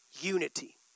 Unity